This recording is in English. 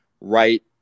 right